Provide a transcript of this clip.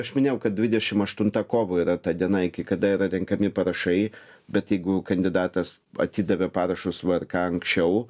aš minėjau kad dvidešim aštunta kovo yra ta diena iki kada yra renkami parašai bet jeigu kandidatas atidavė parašus vrk anksčiau